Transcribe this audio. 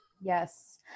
Yes